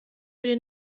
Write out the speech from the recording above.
für